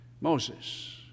Moses